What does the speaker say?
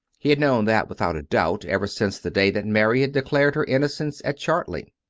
he had known that, without a doubt, ever since the day that mary had declared her innocence at chartley.